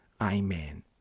Amen